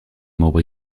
membre